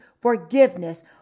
forgiveness